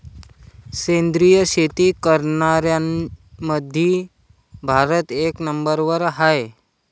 सेंद्रिय शेती करनाऱ्याईमंधी भारत एक नंबरवर हाय